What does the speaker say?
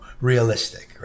realistic